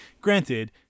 Granted